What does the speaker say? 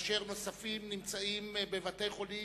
ונוספים נמצאים בבתי-חולים,